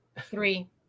three